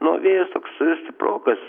na o vėjas toks stiprokas